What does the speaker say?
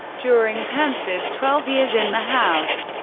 during pence's twelve years in the house,